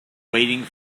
waiting